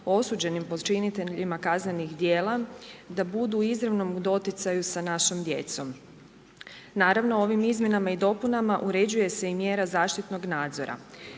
osuđenim počiniteljima kaznenih djela da budu u izravnom doticaju s našom djecom. Naravno ovim izmjenama i dopunama uređuje se i mjera zaštitnog nadzora,